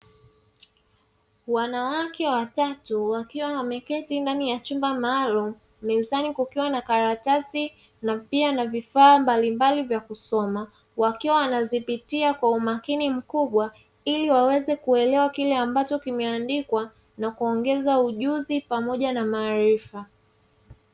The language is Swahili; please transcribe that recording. Wanawake watatu wakiwa wameketi ndani ya chumba maalumu mezani kukiwa na karatasi na pia na vifaa mbalimbali vya kusoma, wakiwa wanazipitia kwa umakini mkubwa ili waweze kuelewa kile ambacho kimeandikwa na kuongeza ujuzi pamoja na maarifa.